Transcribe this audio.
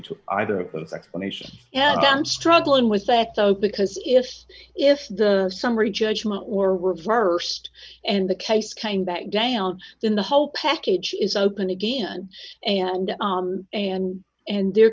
to either of those explanations and i'm struggling with the fact though because if if the summary judgment or reversed and the case came back down then the whole package is open again and and and there